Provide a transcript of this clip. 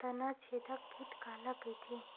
तनाछेदक कीट काला कइथे?